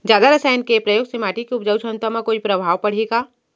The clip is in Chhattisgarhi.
जादा रसायन के प्रयोग से माटी के उपजाऊ क्षमता म कोई प्रभाव पड़ही का?